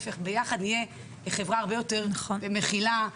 וכך ביחד נהיה חברת מופת שיותר מכילה.